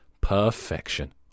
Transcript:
Perfection